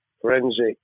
forensic